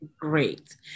great